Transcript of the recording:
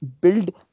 build